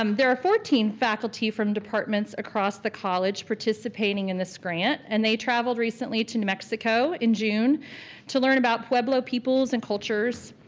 um there are fourteen faculty from departments across the college participating in this grant and they traveled recently to new mexico in june to learn about pueblo peoples and cultures.